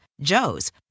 Joe's